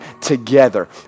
together